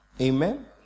Amen